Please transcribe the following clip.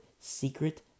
secret